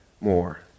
more